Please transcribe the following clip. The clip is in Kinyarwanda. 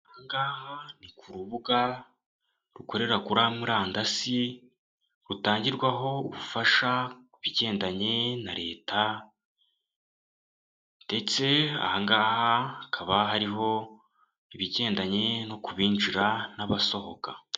Ni ku rubuga rukorera kuri murandasi rutangirwaho ubufasha ku bigendanye na leta ndetse hakaba hariho ibigendanye no kubinjira n'abasohoka.